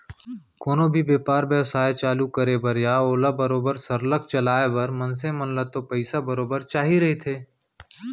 कोनो भी बेपार बेवसाय चालू करे बर या ओला बरोबर सरलग चलाय बर मनखे मन ल तो पइसा बरोबर चाही रहिथे